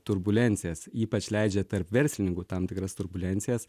turbulencijas ypač leidžia tarp verslininkų tam tikras turbulencijas